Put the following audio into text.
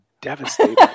Devastating